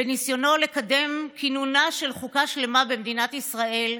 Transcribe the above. בניסיונו לקדם את כינונה של חוקה שלמה במדינת ישראל,